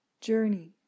journey